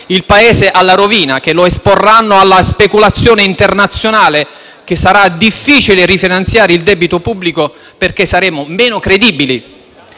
il Paese alla rovina esponendolo alla speculazione internazionale; che sarà difficile rifinanziare il debito pubblico perché saremo meno credibili